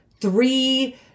three